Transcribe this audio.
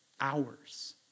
hours